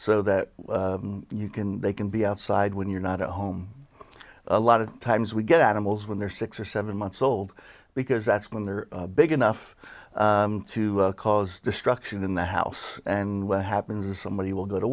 so that you can they can be outside when you're not at home a lot of times we get out of those when they're six or seven months old because that's when they're big enough to cause destruction in the house and what happens is somebody will go to